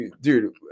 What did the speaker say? dude